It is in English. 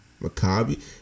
Maccabi